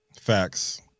Facts